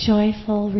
Joyful